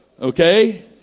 Okay